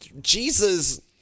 jesus